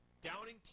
Downing